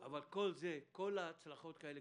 אבל כל ההצלחות האלה,